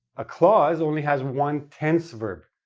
a clause only has one tense verb.